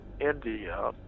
India